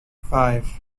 five